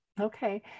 Okay